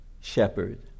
shepherd